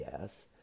Yes